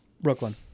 Brooklyn